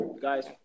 Guys